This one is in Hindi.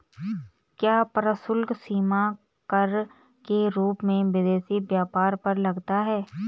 क्या प्रशुल्क सीमा कर के रूप में विदेशी व्यापार पर लगता है?